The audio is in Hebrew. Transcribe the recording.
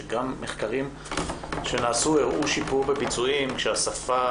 שגם מחקרים שנעשו הראו שיפור בביצועים כשהשפה